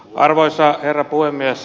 arvoisa herra puhemies